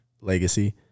Legacy